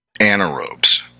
anaerobes